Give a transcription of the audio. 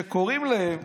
שקוראים להם